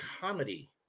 comedy